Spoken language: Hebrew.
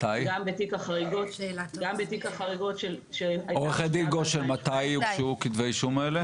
מתי הוגשו כתבי האישום האלה?